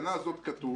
בתקנה כתוב